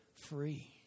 free